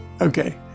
Okay